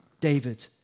David